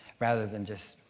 rather than just